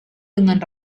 dengan